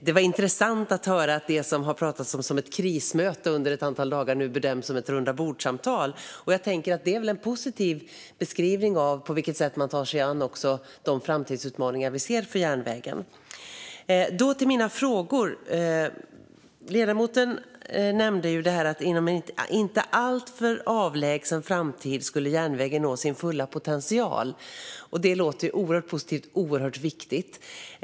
Det var intressant att höra att det som under ett antal dagar har kallats ett krismöte nu bedöms vara ett rundabordssamtal, och jag tänker att det väl är en positiv beskrivning av på vilket sätt man tar sig an de framtidsutmaningar vi ser för järnvägen. Ledamoten nämnde att inom en inte alltför avlägsen framtid ska järnvägen nå sin fulla potential. Det låter oerhört positivt och är oerhört viktigt.